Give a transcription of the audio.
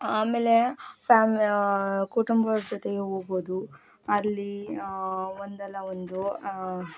ಆಮೇಲೆ ಫ್ಯಾಮ್ ಕುಟುಂಬದವ್ರ ಜೊತೆಗೆ ಹೋಗೋದು ಅಲ್ಲಿ ಒಂದಲ್ಲ ಒಂದು